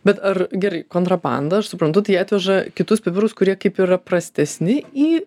bet ar gerai kontrabanda aš suprantu tai atveža kitus pipirus kurie kaip yra prastesni į